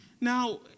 Now